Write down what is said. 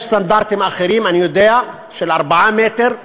יש סטנדרטים אחרים, אני יודע, של 4 מטר מרובע,